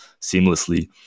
seamlessly